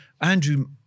Andrew